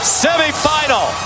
semifinal